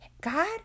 God